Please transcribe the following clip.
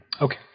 Okay